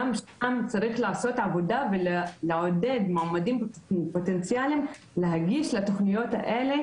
גם שם צריך לעשות עבודה ולעודד מועמדים פוטנציאליים להגיש לתכניות האלה,